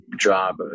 job